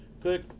Click